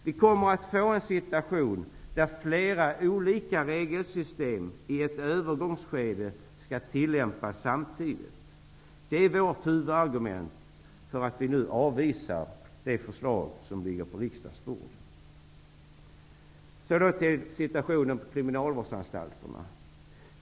Vi kommer att få en situation där flera olika regelsystem i ett övergångsskede skall tillämpas samtidigt. Det är vårt huvudargument för att nu avvisa det förslag som ligger på riksdagens bord. Jag går över till situationen på kriminalvårdsanstalterna.